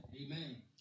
Amen